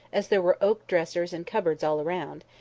as there were oak dressers and cupboards all round,